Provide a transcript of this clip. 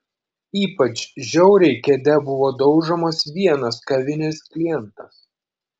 ypač žiauriai kėde buvo daužomas vienas kavinės klientas